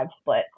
split